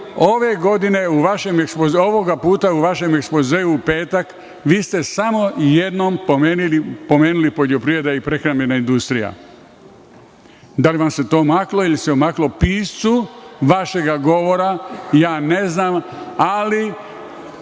premijeru, ovoga puta u vašem ekspozeu u petak vi ste samo jednom pomenuli poljoprivredu i prehrambenu industriju. Da li vam se to omaklo ili se omaklo piscu vašeg govora, ja ne znam, ali